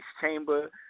chamber